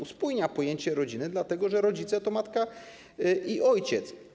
Uspójnia pojęcie rodziny, dlatego że rodzice to matka i ojciec.